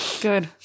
Good